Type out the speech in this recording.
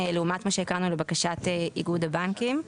לעומת מה שקראנו, לבקשת איגוד הבנקים.